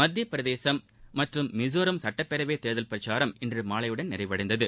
மத்திய பிரதேசம் மற்றும் மிசோராம் சட்டப்பேரவைத் தேர்தல் பிரச்சாரம் இன்று மாலையுடன் நிறைவடைந்தது